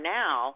now